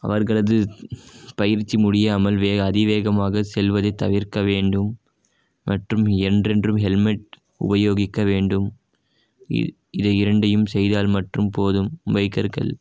அவர்களது பயிற்சி முடியாமல் வே அதிவேகமாக செல்வதை தவிர்க்க வேண்டும் மற்றும் என்றென்றும் ஹெல்மெட் உபயோகிக்க வேண்டும் இ இதை இரண்டையும் செய்தால் மற்றும் போதும் பைக்கர்கள்